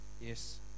yes